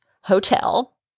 hotel